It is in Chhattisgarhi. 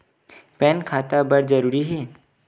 पैन खाता बर जरूरी हे?